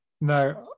no